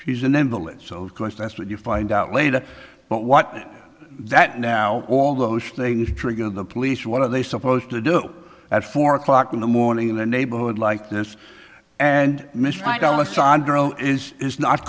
she's an invalid so of course that's what you find out later but what that now all those things trigger the police what are they supposed to do at four o'clock in the morning in a neighborhood like this and